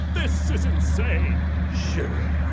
this is insane sure,